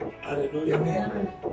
Hallelujah